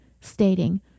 stating